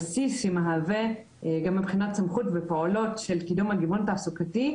הבסיס מבחינת סמכות ופעולות של קידום הגיוון התעסוקתי,